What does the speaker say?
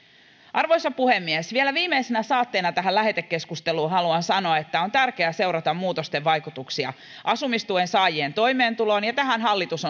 arvoisa puhemies vielä viimeisenä saatteena tähän lähetekeskusteluun haluan sanoa että on tärkeää seurata muutosten vaikutuksia asumistuen saajien toimeentuloon ja tähän hallitus